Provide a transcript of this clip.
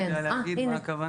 אולי גבי יודע להגיד למה הכוונה.